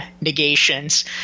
negations